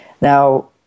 Now